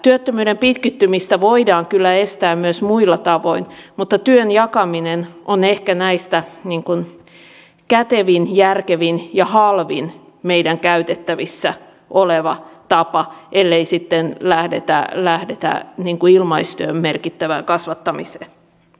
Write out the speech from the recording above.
työttömyyden pitkittymistä voidaan kyllä estää myös muilla tavoin mutta työn jakaminen on ehkä näistä kätevin järkevin ja halvin meidän käytettävissämme oleva tapa ellei sitten lähdetä ilmaistyön merkittävään kasvattamiseen